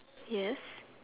yes